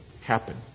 happen